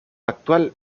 actual